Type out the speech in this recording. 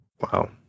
Wow